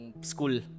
school